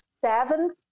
seven